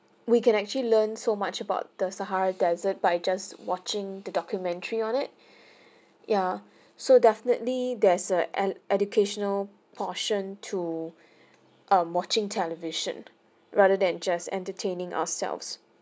we can actually learn so much about the sahara desert by just watching the documentary on it yeah so definitely there's a e~ educational portion to um watching television rather than just entertaining ourselves